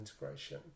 integration